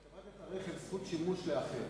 ברכב אתה נותן זכות שימוש לאחר.